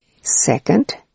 Second